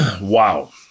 wow